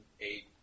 eight